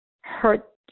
hurt